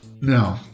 No